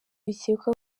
bikekwa